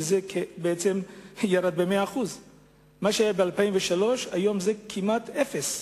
שבעצם ירד ב-100% ממה שהיה בשנת 2003. היום הוא כמעט אפס.